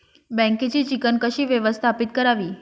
बँकेची चिकण कशी व्यवस्थापित करावी?